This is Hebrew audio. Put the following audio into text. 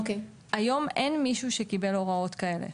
היום אין מישהו שקיבל הוראות כאלה,